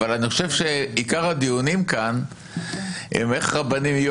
אבל אני חושב שעיקר הדיונים כאן הם איך רבנים יהיו